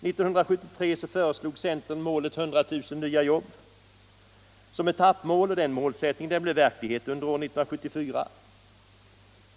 varit inne på detta. 1973 föreslog centern 100000 nya jobb som etappmål och den målsättningen blev verklighet under år 1974.